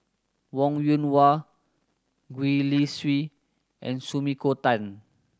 Wong Yoon Wah Gwee Li Sui and Sumiko Tan